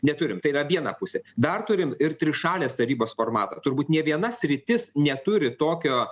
neturim tai yra viena pusė dar turim ir trišalės tarybos formatą turbūt nė viena sritis neturi tokio